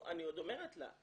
--- אני עוד אומרת לה,